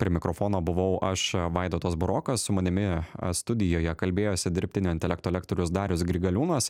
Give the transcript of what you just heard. prie mikrofono buvau aš vaidotas burokas su manimi studijoje kalbėjosi dirbtinio intelekto lektorius darius grigaliūnas